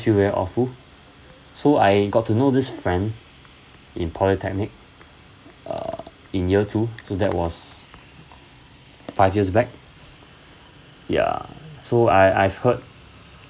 feel very awful so I got to know this friend in polytechnic uh in year two so that was five years back ya so I I've heard